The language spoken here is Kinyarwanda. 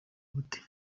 ubute